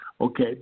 Okay